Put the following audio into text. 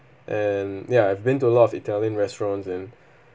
and ya I've been to a lot of italian restaurants and